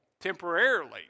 temporarily